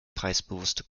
preisbewusste